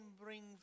bring